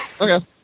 Okay